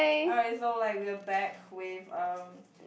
alright so like we're back with um